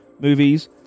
Movies